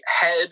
head